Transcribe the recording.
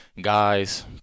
guys